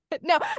No